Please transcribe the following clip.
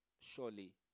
surely